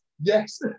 Yes